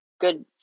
good